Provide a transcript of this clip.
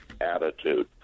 attitude